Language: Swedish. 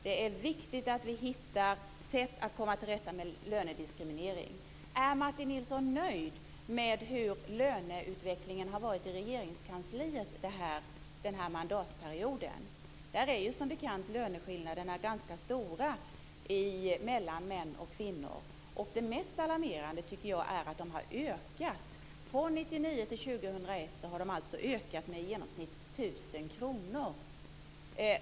Det är viktigt att vi hittar sätt att komma till rätta med lönediskriminering. Är Martin Nilsson nöjd med hur löneutvecklingen har varit i Regeringskansliet den här mandatperioden? Där är som bekant löneskillnaderna ganska stora mellan män och kvinnor. Det mest alarmerande är att de har ökat. Från 1999 till 2001 har de ökat med i genomsnitt tusen kronor.